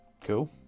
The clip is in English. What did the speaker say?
Cool